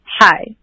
hi